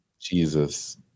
Jesus